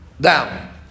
down